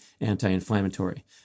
anti-inflammatory